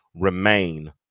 remain